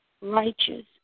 righteous